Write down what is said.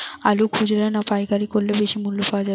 আলু খুচরা না পাইকারি করলে বেশি মূল্য পাওয়া যাবে?